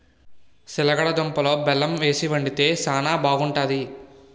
సిలగడ దుంపలలో బెల్లమేసి వండితే శానా బాగుంటాది